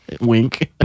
Wink